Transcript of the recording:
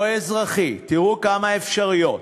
או אזרחי, תראו כמה אפשרויות,